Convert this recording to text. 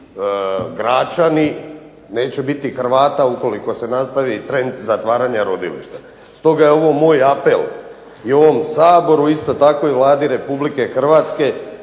Ljubljanci, Gračani. Neće biti Hrvata ukoliko se nastavi trend zatvaranja rodilišta. Stoga je ovo moj apel i ovom Saboru i isto tako Vladi Republike Hrvatske